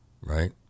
right